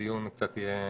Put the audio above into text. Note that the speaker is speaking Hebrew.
הדיון יהיה קצת,